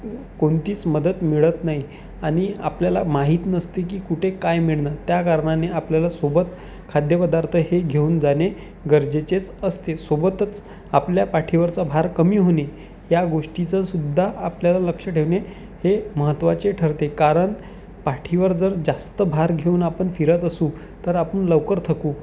कोणतीच मदत मिळत नाही आणि आपल्याला माहीत नसते की कुठे काय मिळणार त्या कारणाने आपल्याला सोबत खाद्यपदार्थ हे घेऊन जाणे गरजेचेच असते सोबतच आपल्या पाठीवरचा भार कमी होणे या गोष्टीचंसुद्धा आपल्याला लक्ष ठेवणे हे महत्त्वाचे ठरते कारण पाठीवर जर जास्त भार घेऊन आपण फिरत असू तर आपण लवकर थकू